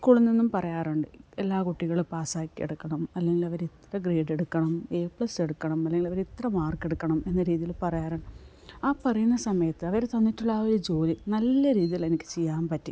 സ്കൂളിൽ നിന്നും പറയാറുണ്ട് എല്ലാ കുട്ടികളും പാസാക്കി എടുക്കണം അല്ലെങ്കിൽ അവർ ഇത്ര ഗ്രേഡ് എടുക്കണം എ പ്ലസ് എടുക്കണം അല്ലെങ്കിൽ അവർ ഇത്ര മാർക്കെടുക്കണം എന്ന രീതിയിൽ പറയാറുണ്ട് ആ പറയുന്ന സമയത്ത് അവര് തന്നിട്ടുള്ള ആ ഒരു ജോലി നല്ല രീതിയിൽ എനിക്ക് ചെയ്യാൻ പറ്റി